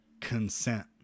consent